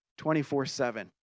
24-7